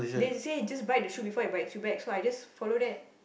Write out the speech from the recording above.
they say just bite the shoe before it bites you back so I just follow that